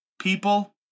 people